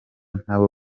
ntabo